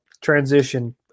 transition